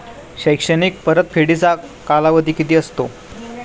शैक्षणिक परतफेडीचा कालावधी किती असतो?